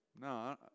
No